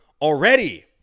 already